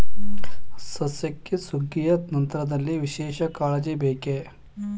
ಸಸ್ಯಕ್ಕೆ ಸುಗ್ಗಿಯ ನಂತರದಲ್ಲಿ ವಿಶೇಷ ಕಾಳಜಿ ಬೇಕೇ?